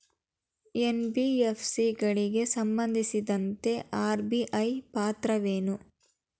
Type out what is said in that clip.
NBFC ಗಳಿಗೆ ಸಂಬಂಧಿಸಿದಂತೆ RBI ಪಾತ್ರವೇನು?